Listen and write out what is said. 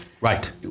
Right